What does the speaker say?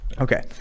Okay